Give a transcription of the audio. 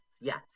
yes